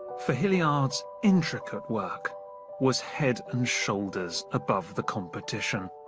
for hilliard's intricate work was head and shoulders above the competition,